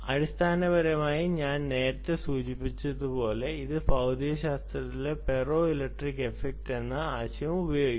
അടിസ്ഥാനപരമായി ഞാൻ നേരത്തെ സൂചിപ്പിച്ചതുപോലെ ഇത് ഭൌതികശാസ്ത്രത്തിലെ പൈറോ ഇലക്ട്രിക് ഇഫക്റ്റ് എന്ന ആശയം ഉപയോഗിക്കുന്നു